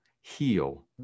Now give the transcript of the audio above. heal